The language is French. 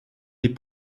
des